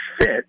fit